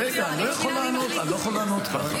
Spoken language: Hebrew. רגע, אני לא יכול לענות ככה.